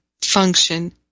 function